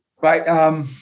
Right